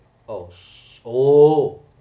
oh oh